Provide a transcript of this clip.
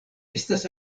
estas